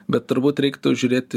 bet turbūt reiktų žiūrėti